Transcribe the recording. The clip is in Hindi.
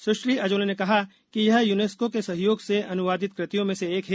सुश्री अजोले ने कहा कि यह यूनेस्को के सहयोग से अनुवादित कृतियों में से एक है